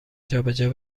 جابجا